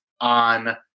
on